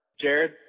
Jared